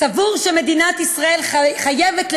על